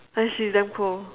like she is damn cold